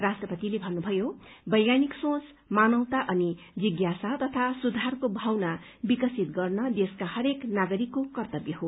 राष्ट्रपतिले भन्नुभयो वैज्ञानिक सोच मानवता अनि जिज्ञासा तथा सुधारको भावना विकसित गर्न देशका हरेक नागरिकको कर्त्तव्य हो